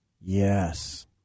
Yes